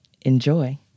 Enjoy